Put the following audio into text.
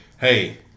hey